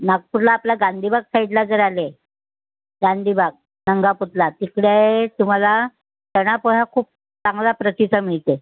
नागपूरला आपला गांधी बाग साईडला जर आले गांधी बाग नंगा पुतळा तिकडे तुम्हाला चना पोहा खूप चांगला प्रतीचा मिळते